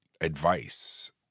advice